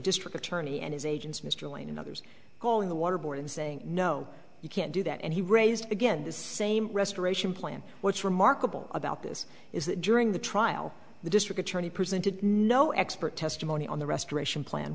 district attorney and his agents mr lane and others calling the waterboard and saying no you can't do that and he raised again this same restoration plan what's remarkable about this is that during the trial the district attorney presented no expert testimony on the restoration plan